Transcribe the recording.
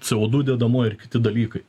c o du dedamoji ir kiti dalykai